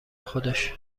خودش